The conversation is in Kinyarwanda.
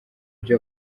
byo